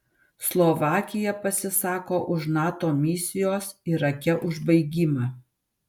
slovakija pasisako už nato misijos irake užbaigimą